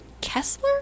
Kessler